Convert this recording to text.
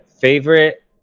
favorite